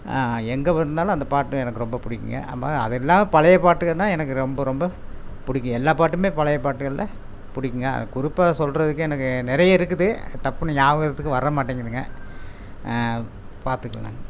எங்கே வ இருந்தாலும் அந்த பாட்டு எனக்கு ரொம்ப பிடிக்குங்க அதுவுமா அது இல்லாம் பழைய பாட்டுன்னா எனக்கு ரொம்ப ரொம்ப பிடிக்கும் எல்லா பாட்டும் பழைய பாட்டுகளில் பிடிக்குங்க ஆ குறிப்பாக சொல்கிறதுக்கே எனக்கு நிறைய இருக்குது டப்புனு நியாபகத்துக்கு வர மாட்டேங்குதுங்க பார்த்துக்கலாங்